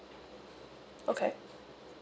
okay